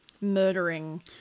murdering